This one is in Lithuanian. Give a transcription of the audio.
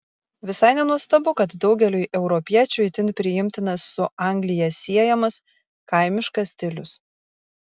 visai nenuostabu kad daugeliui europiečių itin priimtinas su anglija siejamas kaimiškas stilius